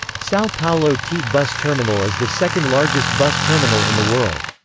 sao paulo tiete bus terminal is the second largest bus terminal in the world.